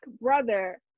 brother